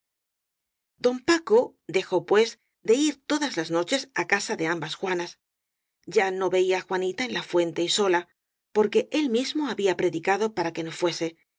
don paco dejó pues de ir todas las noches en casa de ambas juanas ya no veía á juanita en la fuente y sola porque él mismo había predicado para que no fuese